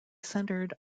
centered